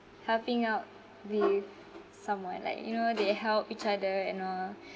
helping out the someone like you know they help each other and all